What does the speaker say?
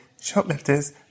shoplifters